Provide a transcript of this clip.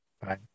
bye